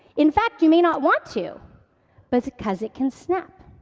in fact, you may not want to but because it can snap.